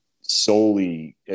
solely